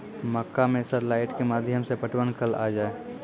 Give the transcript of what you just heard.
मक्का मैं सर लाइट के माध्यम से पटवन कल आ जाए?